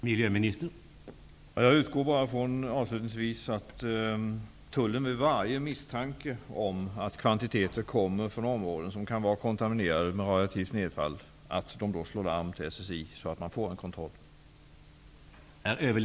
Herr talman! Avslutningsvis vill jag säga att jag utgår från att tullen, vid varje misstanke om att viss kvantitet virke kommer från områden kontaminerat med radioaktivt nedfall, slår larm så att kontroll görs.